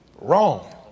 wrong